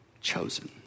chosen